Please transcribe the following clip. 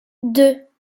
deux